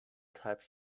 type